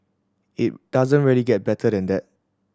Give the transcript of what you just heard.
it doesn't really get better than that